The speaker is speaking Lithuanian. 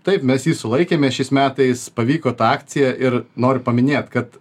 taip mes jį sulaikėme šiais metais pavyko ta akcija ir noriu paminėt kad